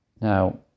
Now